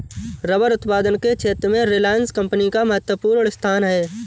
rubber उत्पादन के क्षेत्र में रिलायंस कम्पनी का महत्त्वपूर्ण स्थान है